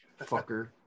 fucker